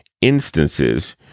instances